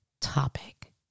topic